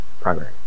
primary